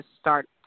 start